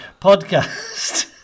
podcast